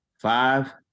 five